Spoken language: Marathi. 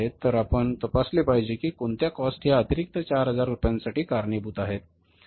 तर आपण तपासले पाहिजे कि कोणत्या कॉस्ट ह्या अतिरिक्त 4000 रुपयांसाठी कारणीभूत आहेत